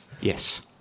Yes